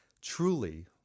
truly